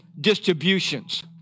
distributions